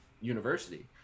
university